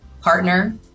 partner